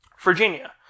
Virginia